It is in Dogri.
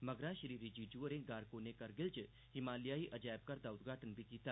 मगरा श्री रिजिजू होरें गारकोने करगिल च हिमालयाई अजैयबघर दा उद्घाटन बी कीता